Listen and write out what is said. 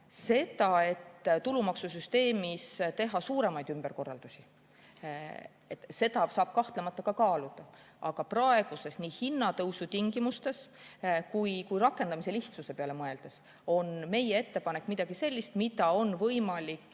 Seda, et tulumaksusüsteemis teha suuremaid ümberkorraldusi, saab kahtlemata kaaluda, aga nii praeguse hinnatõusu tingimustes kui ka rakendamise lihtsuse peale mõeldes on meie ettepanek midagi sellist, mida on võimalik